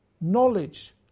knowledge